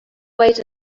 wait